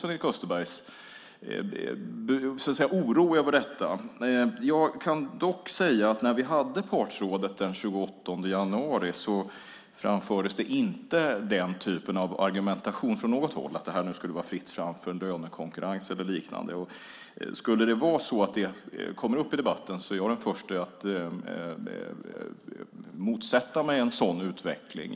När vi hade partsrådet den 28 januari framfördes det inte den typen av argumentation från något håll att det skulle vara fritt fram för någon lönekonkurrens eller liknande. Skulle det komma upp i debatten är jag den förste att motsätta mig en sådan utveckling.